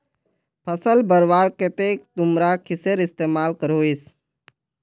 फसल बढ़वार केते तुमरा किसेर इस्तेमाल करोहिस?